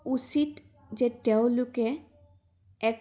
উচিত যে তেওঁলোকে এক